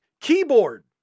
keyboard